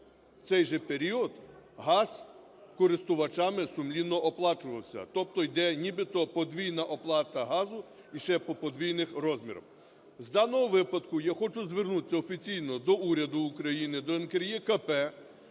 в цей же період газ користувачами сумлінно оплачувався. Тобто іде нібито подвійна оплата газу і ще по подвійних розмірах. З даного випадку я хочу звернутися офіційно до уряду України, до НКРЕКП